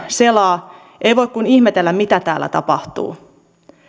selaa ei voi kuin ihmetellä mitä täällä tapahtuu